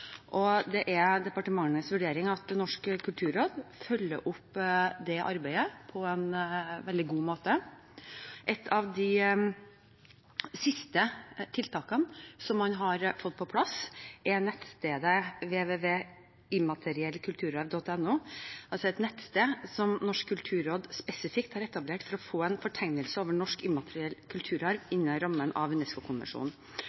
og det er departementets vurdering at Norsk kulturråd følger opp det arbeidet på en veldig god måte. Et av de siste tiltakene man har fått på plass, er nettstedet www.immateriellkulturarv.no, et nettsted som Norsk kulturråd spesifikt har etablert for å få en fortegnelse over norsk immateriell kulturarv